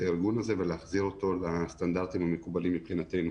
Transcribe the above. הארגון הזה ולהחזיר אותו לסטנדרטים המקובלים מבחינתנו.